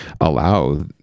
allow